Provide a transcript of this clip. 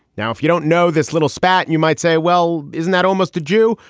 now, if you don't know this little spat, and you might say, well, isn't that almost a jew?